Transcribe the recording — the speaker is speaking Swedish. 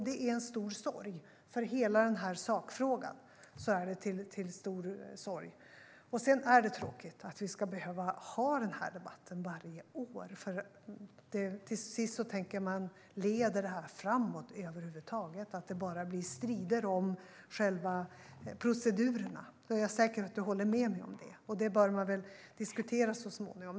Det är en stor sorg för hela denna sakfråga. Sedan är det tråkigt att vi ska behöva ha den här debatten varje år. Till sist undrar man om det leder framåt över huvud taget, att det bara blir strider om själva procedurerna. Jag är säker på att Karin Enström håller med mig om det. Det här behöver man diskutera så småningom.